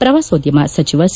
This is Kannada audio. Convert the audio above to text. ಪ್ರವಾಸೋದ್ಯಮ ಸಚಿವ ಸಿ